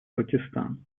пакистан